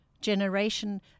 generation